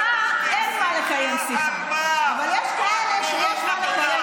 לכן אני חושבת שבאותה מידה לא צריך לאסוף אף אחד,